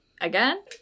Again